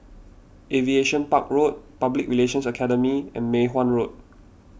Aviation Park Road Public Relations Academy and Mei Hwan Road